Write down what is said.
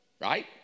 right